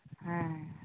ᱦᱮᱸ